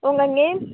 உங்கள் நேம்